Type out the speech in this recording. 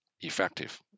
effective